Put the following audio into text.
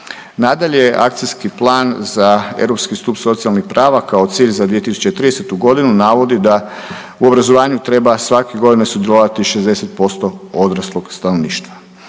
Nadalje, Akcijski plan za europski stup socijalnih prava kao cilj za 2030. godinu navodi da u obrazovanju treba svake godine sudjelovati 60% odraslog stanovništva.